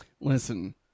Listen